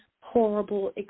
horrible